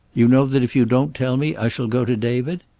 you know that if you don't tell me, i shall go to david?